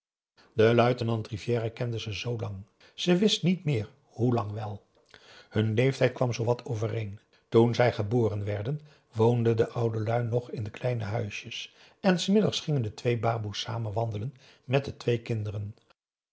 den luitenant rivière kende ze al zoo lang ze wist niet meer hoe lang wel hun leeftijd kwam zoowat overeen toen zij geboren werden woonden de oude lui nog in de kleine huisjes en s middags gingen de twee baboe's samen wandelen met de twee kinderen